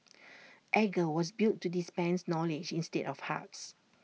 edgar was built to dispense knowledge instead of hugs